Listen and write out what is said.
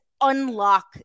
unlock